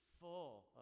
full